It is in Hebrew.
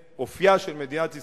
אופיה של מדינת ישראל,